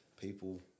people